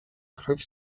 griff